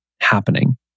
happening